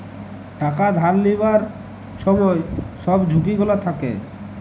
টাকা ধার লিবার ছময় ছব ঝুঁকি গুলা থ্যাকে